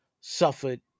suffered